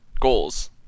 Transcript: Goals